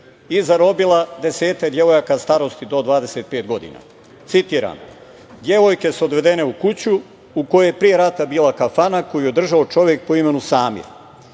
i zarobila desetak devojaka starosti do 25 godina, citiram: „Devojke su odvedene u kuću u kojoj je pre rata bila kafana koju je držao čovek po imenu Samir.